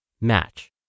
match